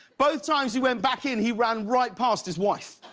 both times he went back in he ran right past his wife.